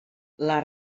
les